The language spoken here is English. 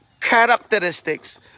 characteristics